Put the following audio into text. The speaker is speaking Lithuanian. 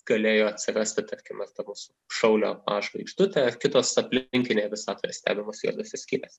galėjo atsirasti tarkim ta mūsų šaulio a žvaigždutė ar kitos aplinkinėje visatoje stebimos juodosios skylės